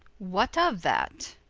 what of that?